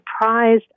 surprised